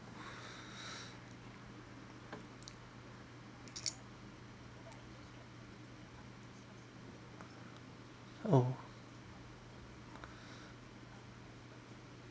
oh